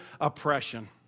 oppression